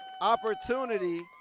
opportunity